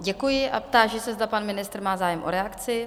Děkuji a táži se, zda pan ministr má zájem o reakci?